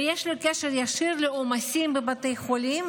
ויש לו קשר ישיר לעומסים בבתי החולים